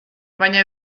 baina